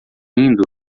rindo